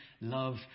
love